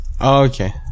Okay